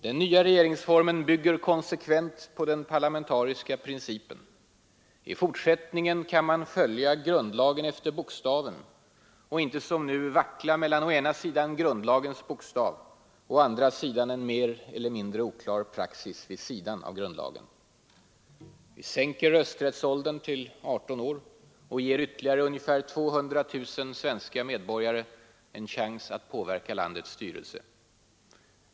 Den nya regeringsformen bygger konsekvent på den parlamentariska principen. I fortsättningen kan man följa grundlagen efter bokstaven och inte som nu vackla mellan å ena sidan grundlagens bokstav och å andra sidan en mer eller mindre oklar praxis vid sidan av grundlagen. Vi sänker rösträttsåldern till 18 år och ger ytterligare ungefär 200 000 svenska medborgare en chans att påverka landets styrelse.